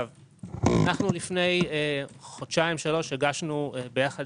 אנחנו לפני חודשיים-שלושה הגשנו יחד